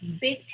big